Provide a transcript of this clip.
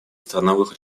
страновых